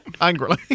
angrily